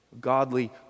Godly